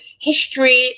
history